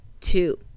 two